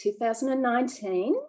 2019